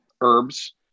herbs